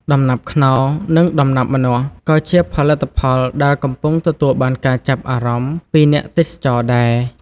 ដំណាប់ខ្នុរ និងដំណាប់ម្នាស់ ក៏ជាផលិតផលដែលកំពុងទទួលបានការចាប់អារម្មណ៍ពីអ្នកទេសចរណ៍ដែរ។